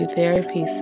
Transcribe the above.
Therapy